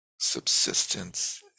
subsistence